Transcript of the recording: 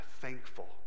thankful